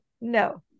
no